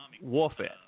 warfare